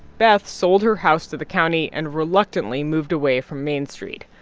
beth sold her house to the county and reluctantly moved away from main street.